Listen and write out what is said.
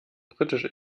britisch